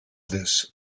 this